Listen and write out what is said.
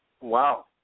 Wow